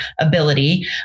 ability